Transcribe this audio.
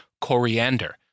coriander